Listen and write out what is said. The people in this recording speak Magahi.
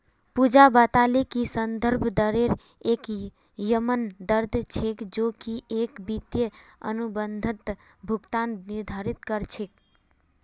पूजा बताले कि संदर्भ दरेर एक यममन दर छेक जो की एक वित्तीय अनुबंधत भुगतान निर्धारित कर छेक